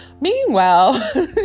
Meanwhile